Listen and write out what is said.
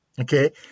Okay